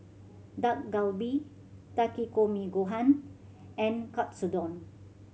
Dak Galbi Takikomi Gohan and Katsudon